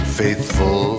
faithful